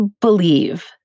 believe